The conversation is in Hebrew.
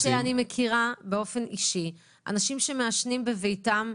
לך שאני מכירה באופן אישי אנשים שמעשנים בביתם,